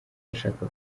bashaka